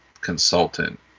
consultant